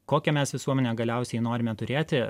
kokią mes visuomenę galiausiai norime turėti